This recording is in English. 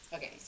Okay